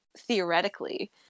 theoretically